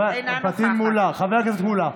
פטין מולא.